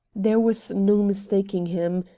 there was no mistaking him.